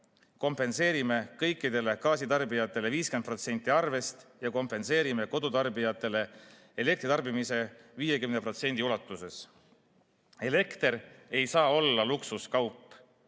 kompenseerime kõikidele gaasitarbijatele 50% arvest ja kompenseerime kodutarbijatele elektri tarbimise 50% ulatuses. Elekter ei saa olla luksuskaup.